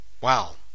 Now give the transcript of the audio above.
Wow